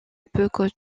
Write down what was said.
peut